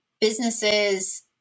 businesses